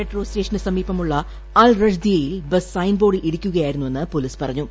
metro സ്റ്റേഷന് സമീപമുള്ള Al റഷ്ദിയയിൽ ബസ് ക്സെൻബോർഡിൽ ഇടിക്കുകയായിരുന്നു എന്ന് പോലീസ് പറഞ്ഞു